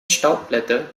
staubblätter